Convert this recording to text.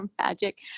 Magic